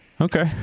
Okay